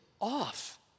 off